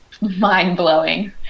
mind-blowing